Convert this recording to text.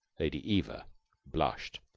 lady eva blushed.